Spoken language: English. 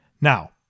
Now